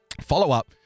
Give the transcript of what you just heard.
Follow-up